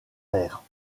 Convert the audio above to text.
vers